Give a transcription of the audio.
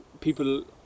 people